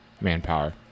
manpower